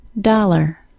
Dollar